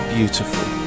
Beautiful